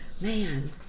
Man